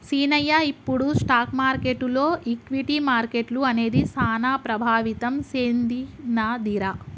సీనయ్య ఇప్పుడు స్టాక్ మార్కెటులో ఈక్విటీ మార్కెట్లు అనేది సాన ప్రభావితం సెందినదిరా